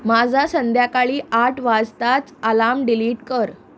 माझा संध्याकाळी आठ वाजताच अलार्म डिलीट कर